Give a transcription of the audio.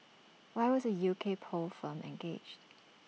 why was A U K poll firm engaged